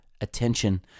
attention